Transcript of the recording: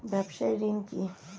ব্যবসায় ঋণ কি?